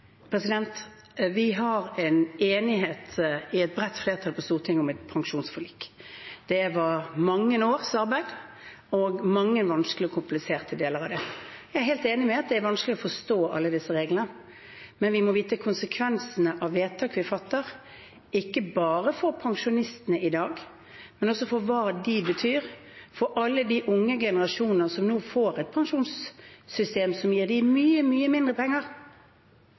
Vi har en enighet i et bredt flertall på Stortinget om et pensjonsforlik. Det var mange års arbeid og mange vanskelige og kompliserte deler av det. Jeg er helt enig i at det er vanskelig å forstå alle disse reglene, men vi må vite konsekvensene av vedtak vi fatter, ikke bare for pensjonistene i dag, men også hva det betyr for alle de unge generasjoner som nå får et pensjonssystem som gir dem mye, mye mindre penger